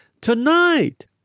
tonight